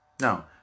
Now